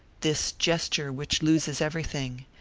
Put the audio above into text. this gesture which loses everything,